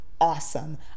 Awesome